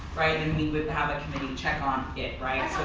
right and we would have a committee check on it. right?